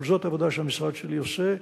אבל זאת עבודה שהמשרד שלי עושה.